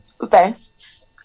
vests